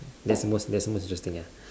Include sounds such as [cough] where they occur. that's most that's most interesting ya [breath]